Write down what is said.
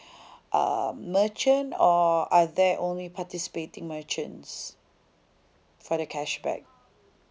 uh merchant or are there only participating merchants for the cashback